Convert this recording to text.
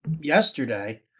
yesterday